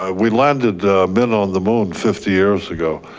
ah we landed men on the moon fifty years ago,